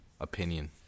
opinion